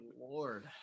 lord